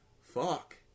fuck